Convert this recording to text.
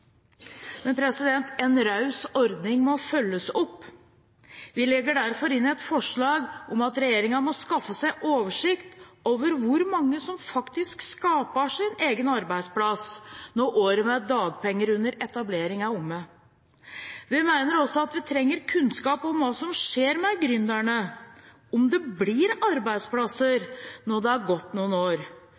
Men en raus ordning må følges opp. Vi legger derfor inn et forslag om at regjeringen må skaffe seg oversikt over hvor mange som faktisk skaper sin egen arbeidsplass når året med dagpenger under etablering er omme. Vi mener også at vi trenger kunnskap om hva som skjer med gründerne, om det blir arbeidsplasser når det er gått noen år.